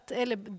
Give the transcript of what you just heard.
eller